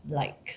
like